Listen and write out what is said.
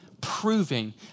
proving